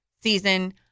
season